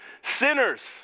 Sinners